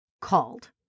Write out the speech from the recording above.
called